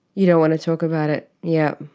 you don't want to talk about it. yep.